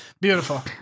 beautiful